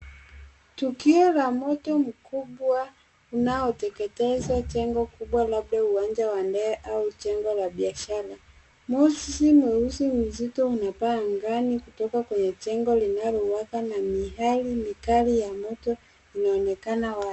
Tukio la moto mkubwa unaoteketeza jengo kubwa labda uwanja wa ndege au jengo la biashara. Moshi mweusi mzito unapaa angani kutoka kwenye jengo linalowaka na miale mikali ya moto inaonekana wazi.